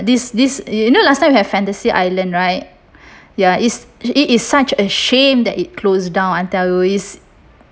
this this you know last time we have fantasy island right yeah is it is such a shame that it closed down I tell you is